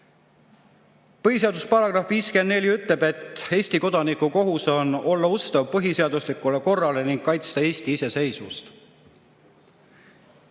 Põhiseaduse § 54 ütleb: "Eesti kodaniku kohus on olla ustav põhiseaduslikule korrale ning kaitsta Eesti iseseisvust."